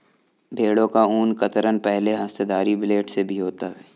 भेड़ों का ऊन कतरन पहले हस्तधारी ब्लेड से भी होता है